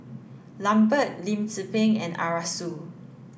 Lambert Lim Tze Peng and Arasu